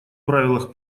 правилах